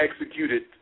executed